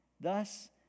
Thus